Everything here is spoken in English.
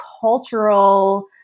cultural